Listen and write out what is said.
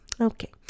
Okay